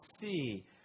see